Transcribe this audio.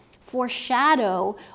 foreshadow